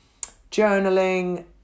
journaling